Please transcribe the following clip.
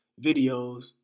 videos